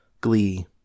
Glee